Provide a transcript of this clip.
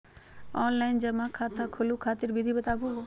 Online जमा खाता खोलहु खातिर विधि बताहु हो?